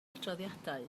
adroddiadau